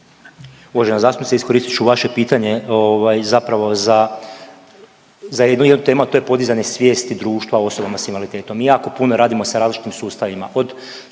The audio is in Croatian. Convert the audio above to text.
Uvažena zastupnice, iskoristit ću vaše pitanje ovaj zapravo za, za jednu od tema, a to je podizanje svijesti društva o osobama s invaliditetom i jako puno radimo sa različitim sustavima,